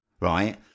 right